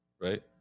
right